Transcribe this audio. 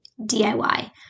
DIY